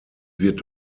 wird